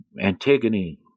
Antigone